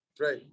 right